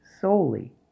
solely